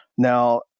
Now